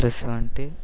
plus வந்துட்டு